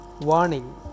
warning